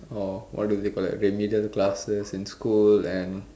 or what do you call that remedial classes in school